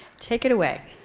take it away.